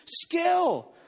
skill